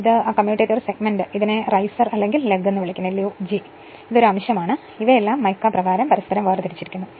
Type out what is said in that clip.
ഇതാണ് ആ commutator segment ഇതിനെ റൈസർ അല്ലെങ്കിൽ ലഗ് എന്ന് വിളിക്കുന്നു ഇതൊരു അംശമാണ് അവയെല്ലാം മൈക്ക പ്രകാരം പരസ്പരം വേർതിരിച്ചിരിക്കുന്നു